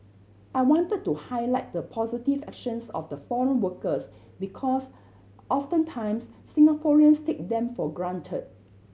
I wanted to highlight the positive actions of the foreign workers because oftentimes Singaporeans take them for granted